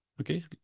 okay